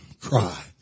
cry